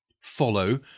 Follow